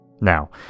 Now